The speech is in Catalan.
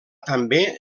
també